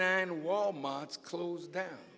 nine wal mart's closed down